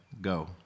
go